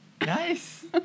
Nice